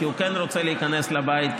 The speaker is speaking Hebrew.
כי הוא כן רוצה להיכנס לבית,